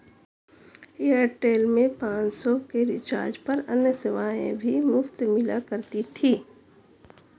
Airtel में पाँच सौ के रिचार्ज पर अन्य सेवाएं भी मुफ़्त मिला करती थी